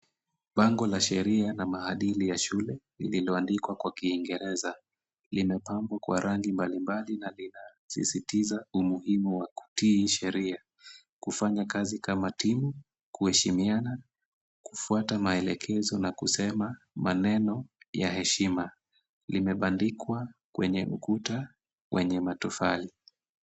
Bango la sheria na maadili ya shule lililoandikwa kwa Kiingereza, limepambwa kwa rangi mbalimbali na linasisitiza umuhimu wa kutii sheria, kufanya kazi kama timu, kuheshimiana, kufuata maelekezo na kusema maneno ya heshima limebandikwa kwenye ukuta wenye matofali.